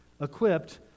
equipped